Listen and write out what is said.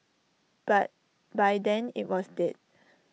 but by then IT was dead